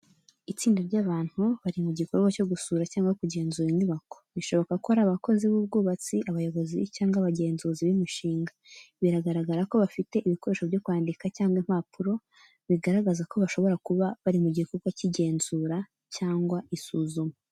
Itsinda ry’abantu bari mu gikorwa cyo gusura cyangwa kugenzura inyubako, bishoboka ko ari abakozi b'ubwubatsi, abayobozi, cyangwa abagenzuzi b’imishinga. Biragaragara ko bafite ibikoresho byo kwandika cyangwa impapuro. Bigaragaza ko bashobora kuba bari mu gikorwa cy’igenzura cyangwa isuzuma.